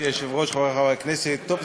35 חברי כנסת בעד, אין מתנגדים, חמישה נמנעו.